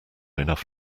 enough